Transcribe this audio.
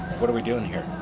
what are we doing here?